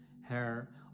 hair